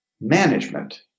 management